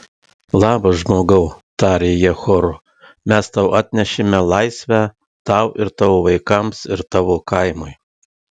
labas žmogau tarė jie choru mes tau atnešėme laisvę tau ir tavo vaikams ir tavo kaimui